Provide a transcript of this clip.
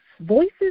voices